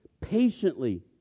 patiently